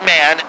Man